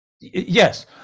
Yes